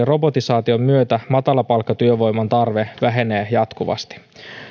robotisaation myötä matalapalkkatyövoiman tarve vähenee jatkuvasti